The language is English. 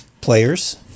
players